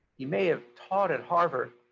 he may have taught at harvard,